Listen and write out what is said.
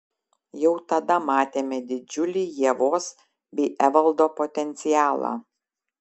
jau tada matėme didžiulį ievos bei evaldo potencialą